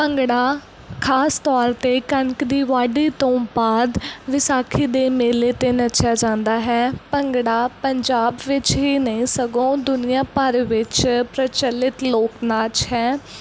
ਭੰਗੜਾ ਖਾਸ ਤੌਰ 'ਤੇ ਕਣਕ ਦੀ ਵਾਢੀ ਤੋਂ ਬਾਅਦ ਵਿਸਾਖੀ ਦੇ ਮੇਲੇ 'ਤੇ ਨੱਚਿਆ ਜਾਂਦਾ ਹੈ ਭੰਗੜਾ ਪੰਜਾਬ ਵਿੱਚ ਹੀ ਨਹੀਂ ਸਗੋਂ ਦੁਨੀਆਂ ਭਰ ਵਿੱਚ ਪ੍ਰਚਲਿਤ ਲੋਕ ਨਾਚ ਹੈ